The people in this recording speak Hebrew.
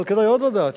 אבל כדאי עוד לדעת,